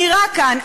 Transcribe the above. אני מזהירה כאן,